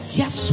yes